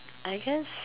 I guess